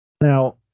Now